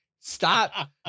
Stop